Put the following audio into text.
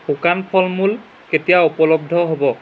শুকান ফল মূল কেতিয়া উপলব্ধ হ'ব